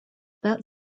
that